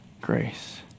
grace